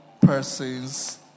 persons